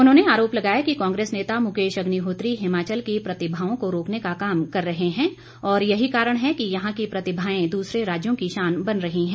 उन्होंने आरोप लगाया कि कांग्रेस नेता मुकेश अग्निहोत्री हिमाचल की प्रतिभाओं को रोकने का काम कर रहे हैं और यही कारण है कि यहां की प्रतिभाएं दूसरे राज्यों की शान बन रही है